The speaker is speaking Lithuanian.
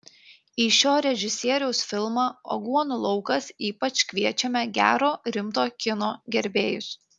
į šio režisieriaus filmą aguonų laukas ypač kviečiame gero rimto kino gerbėjus